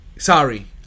Sorry